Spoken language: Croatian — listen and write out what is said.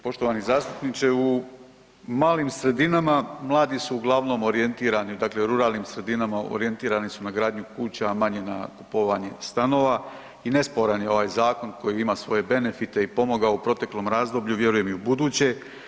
Poštovani zastupniče, u malim sredinama mladi su uglavnom orijentirani, dakle u ruralnim sredinama orijentirani su na gradnju kuća, a manje na kupovanje stanova i nesporan je ovaj zakon koji ima svoje benefite i pomogao u proteklom razdoblju, vjerujem i ubuduće.